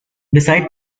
besides